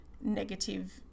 negative